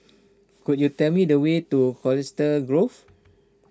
could you tell me the way to Colchester Grove